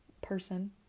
person